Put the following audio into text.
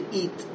eat